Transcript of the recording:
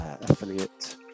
affiliate